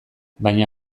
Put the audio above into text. baina